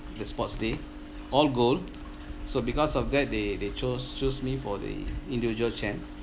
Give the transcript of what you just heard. the sports day all gold so because of that they they chose choose me for the individual champ